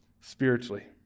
spiritually